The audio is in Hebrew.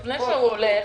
לפני שהוא הולך,